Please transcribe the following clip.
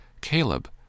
Caleb